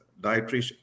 dietary